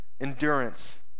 endurance